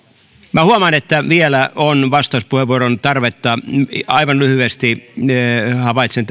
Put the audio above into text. minä huomaan että vielä on vastauspuheenvuoron tarvetta eli aivan lyhyesti vielä havaitsen